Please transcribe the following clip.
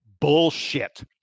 bullshit